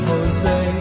Jose